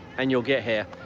and you'll get here.